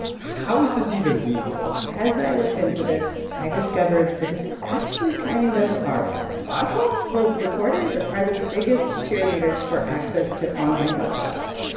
how is this even legal? as i looked into this, i discovered that it's actually kind of our fault my fault? well, reporters are the biggest cheerleaders for access to online mug shots.